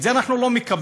את זה אנחנו לא מקבלים.